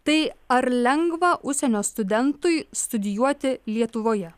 tai ar lengva užsienio studentui studijuoti lietuvoje